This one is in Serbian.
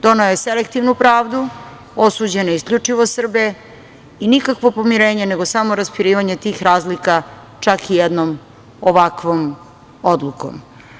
Doneo je selektivnu pravdu, osuđene isključivo Srbe i nikakvo pomirenje, nego samo raspirivanje tih razlika, čak i jednom ovakvom odlukom.